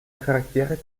charaktere